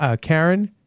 Karen